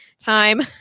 time